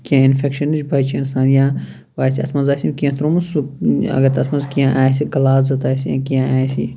کیٚنٛہہ اِنفیٚکشَن نِش بَچہِ اِنسان یا باسہ اتھ منٛز آسہِ أمۍ کیٚنٛہہ ترومت سُہ اگر تتھ منٛز کیٚنٛہہ آسہِ غلاظت آسہِ یا کیٚنٛہہ آسہِ